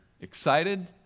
excited